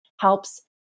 helps